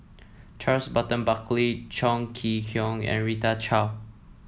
Charles Burton Buckley Chong Kee Hiong and Rita Chao